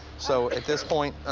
so at this point